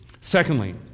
Secondly